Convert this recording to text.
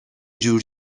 جور